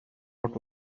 what